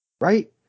right